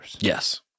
Yes